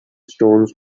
stones